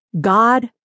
God